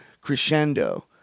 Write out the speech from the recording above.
crescendo